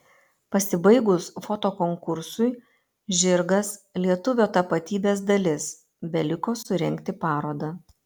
pasibaigus fotokonkursui žirgas lietuvio tapatybės dalis beliko surengti parodą